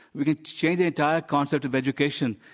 we can change the entire concept of education.